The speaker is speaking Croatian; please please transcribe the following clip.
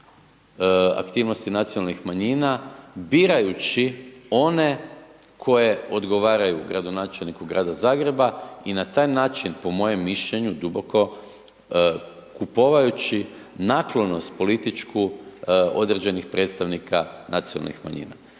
aktivnosti nacionalnih manjina birajući one koje odgovaraju gradonačelniku Grada Zagreba i na taj način po mojem mišljenju duboko, kupovajući naklonost političku određenih predstavnika nacionalnih manjina.